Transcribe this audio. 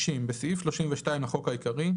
60. בסעיף 32 לחוק העיקרי,